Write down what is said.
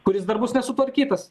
kuris dar bus nesutvarkytas